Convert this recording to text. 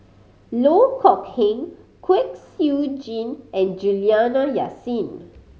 Loh Kok Heng Kwek Siew Jin and Juliana Yasin